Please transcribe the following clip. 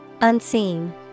Unseen